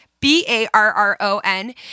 B-A-R-R-O-N